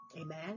amen